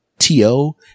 t-o